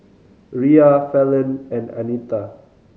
Riya Fallon and Anita